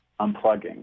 unplugging